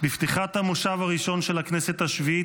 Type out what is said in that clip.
בפתיחת המושב הראשון של הכנסת השביעית